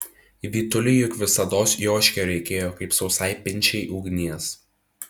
vytuliui juk visados joškio reikėjo kaip sausai pinčiai ugnies